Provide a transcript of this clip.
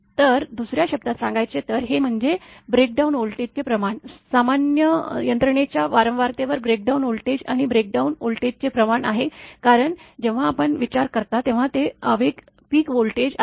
तर दुसर्या शब्दांत सांगायचे तर ते म्हणजे ब्रेकडाउन व्होल्टेजचे प्रमाण सामान्य यंत्रणेच्या वारंवारतेवर ब्रेकडाउन व्होल्टेज आणि ब्रेकडाउन व्होल्टेजचे प्रमाण आहे कारण जेव्हा आपण विचार करता तेव्हा ते आवेग पीक व्होल्टेज आहे